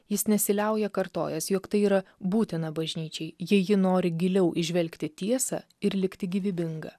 jis nesiliauja kartojęs jog tai yra būtina bažnyčiai jei ji nori giliau įžvelgti tiesą ir likti gyvybinga